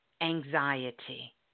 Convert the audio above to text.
anxiety